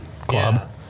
club